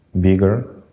bigger